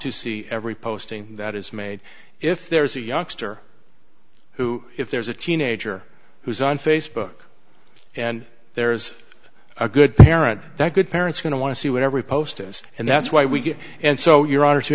to see every posting that is made if there's a youngster who if there's a teenager who's on facebook and there is a good parent that good parents going to want to see what every post is and that's why we give and so your honor to